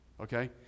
Okay